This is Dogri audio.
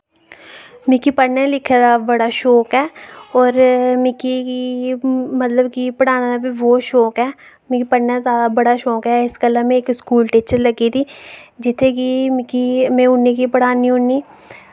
मिकी पढ़ने लिखने दा बड़ा शौक ऐ और मिकी मतलब कि पढ़ाने दा बी बहुत शौक ऐ मिकी पढ़ने दा ते बड़ा शौक ऐ इस गल्ला में इक स्कूल टीचर लग्गी दी जित्थै कि मिकी में उ'ने गी पढ़ानी होन्नी